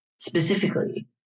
Specifically